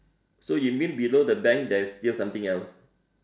so you mean below the bank there's still something else